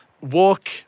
walk